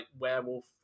werewolf